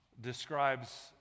describes